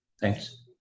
Thanks